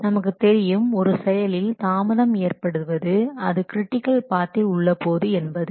நமக்கு தெரியும் ஒரு செயலில் தாமதம் ஏற்படுவது அது கிரிட்டிக்கல் பாத்தில் உள்ளபோது என்பது